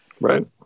Right